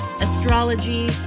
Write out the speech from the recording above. astrology